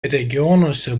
regionuose